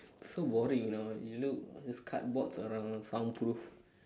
so boring you know you look just cardboards around soundproof